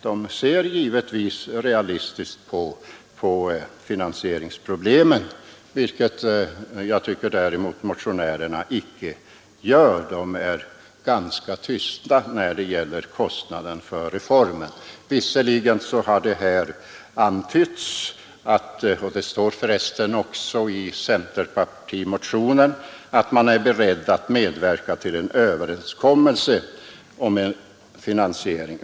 De ser givetvis realistiskt på finansieringsproblemet vilket jag däremot icke tycker att motionärerna gör. De är ganska tysta när det gäller kostnaden för reformen. Visserligen har det här antytts — och det står för resten också i centerpartimotionen — att man är beredd att medverka till en överenskommelse om en finansiering.